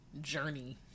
journey